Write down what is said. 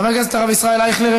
הרב הכנסת הרב ישראל אייכלר,